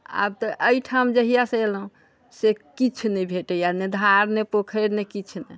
आब तऽ अइठाम जहियासँ एलहुँ से किछु नहि भेटैए ने धार ने पोखरि ने किछु नहि